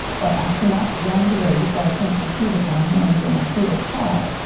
but i cannot run the race or i cannot compete if my hands and my feet are tide.